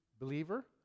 believer